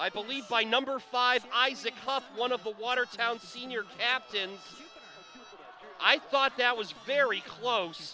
i believe by number five isaac one of the watertown senior captain i thought that was very close